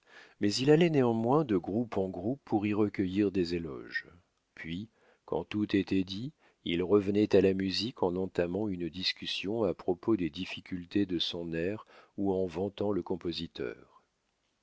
mais il allait néanmoins de groupe en groupe pour y recueillir des éloges puis quand tout était dit il revenait à la musique en entamant une discussion à propos des difficultés de son air ou en vantant le compositeur